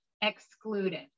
excluded